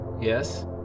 Yes